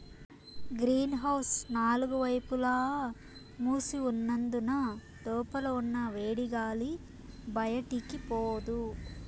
green house నాలుగు వైపులా మూసి ఉన్నందున లోపల ఉన్న వేడిగాలి బయటికి పోదు